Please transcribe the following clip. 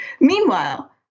Meanwhile